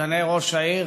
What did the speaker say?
סגני ראש העיר,